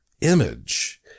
image